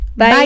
Bye